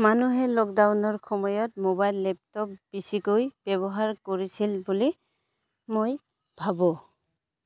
মানুহে লকডাউনৰ সময়ত মোবাইল লেপটপ বেছিকৈ ব্যৱহাৰ কৰিছিল বুলি মই ভাবোঁ